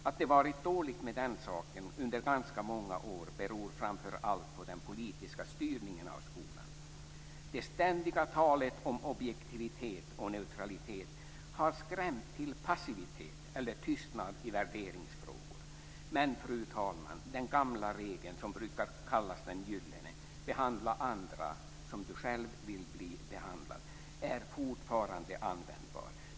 Att det varit dåligt med den saken under ganska många år beror framför allt på den politiska styrningen av skolan. Det ständiga talet om objektivitet och neutralitet har skrämt till passivitet eller tystnad i värderingsfrågor. Men, fru talman, den gamla regeln som brukar kallas den gyllene, dvs. "behandla andra som du själv vill bli behandlad", är fortfarande användbar.